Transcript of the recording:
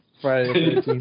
Friday